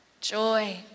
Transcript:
joy